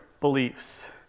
beliefs